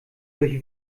durch